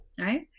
right